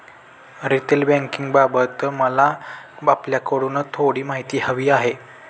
retail बँकिंगबाबत मला आपल्याकडून थोडी माहिती हवी आहे